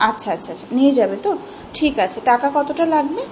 আচ্ছা আচ্ছা আচ্ছা নিয়ে যাবে তো ঠিক আছে টাকা কতটা লাগবে